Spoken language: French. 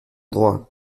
droit